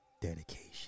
dedication